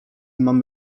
mamy